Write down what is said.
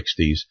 1960s